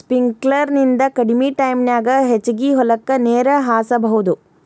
sprinkler ನಿಂದ ಕಡಮಿ ಟೈಮನ್ಯಾಗ ಹೆಚಗಿ ಹೊಲಕ್ಕ ನೇರ ಹಾಸಬಹುದು